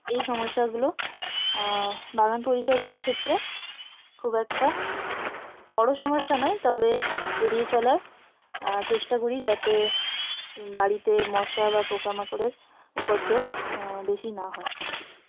এই সমস্যাগুলো বাগান পরিচর্যার ক্ষেত্রে খুব একটা বড় সমস্যা নয় তবে এড়িয়ে চলার চেষ্টা করি যাতে বাড়িতে মশা বা পোকামাকড়ের উপদ্রব বেশি না হয়